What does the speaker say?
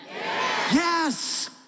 Yes